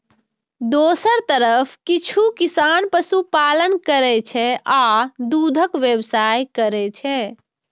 दोसर तरफ किछु किसान पशुपालन करै छै आ दूधक व्यवसाय करै छै